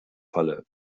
falle